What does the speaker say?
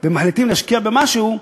ומחליטים להשקיע במשהו,